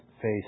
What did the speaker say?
face